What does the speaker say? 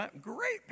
Great